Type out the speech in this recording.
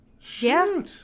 Shoot